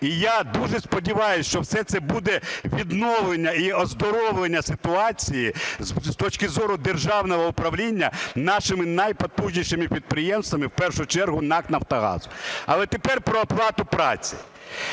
і я дуже сподіваюся, що все це буде відновлення і оздоровлення ситуації з точки зору державного управління нашими найпотужнішими підприємствами, в першу чергу НАК "Нафтогазом". Але тепер про оплату праці.